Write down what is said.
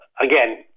Again